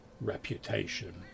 reputation